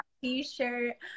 t-shirt